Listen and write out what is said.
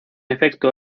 efecto